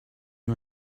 you